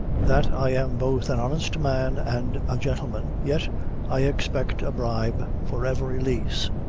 that i am both an honest man and a gentleman, yet i expect a bribe for every lease.